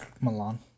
Milan